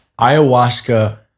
Ayahuasca